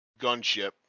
gunship